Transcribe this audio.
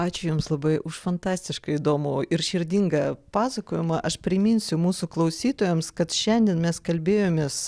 ačiū jums labai už fantastiškai įdomų ir širdingą pasakojimą aš priminsiu mūsų klausytojams kad šiandien mes kalbėjomės